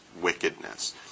wickedness